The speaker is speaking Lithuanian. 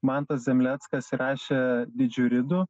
mantas zemleckas įrašė didžiuridu